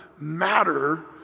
matter